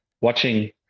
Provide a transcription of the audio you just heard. Watching